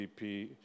GDP